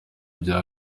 ibya